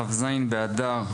כ"ז באדר,